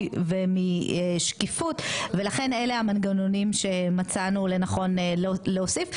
ומשקיפות ולכן אלה המנגנונים שמצאנו לנכון להוסיף.